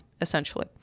essentially